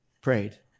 prayed